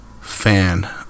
fan